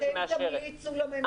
מה אתם תמליצו לממשלה?